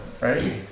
right